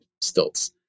stilts